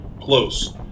Close